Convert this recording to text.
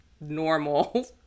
normal